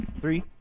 Three